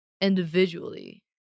individually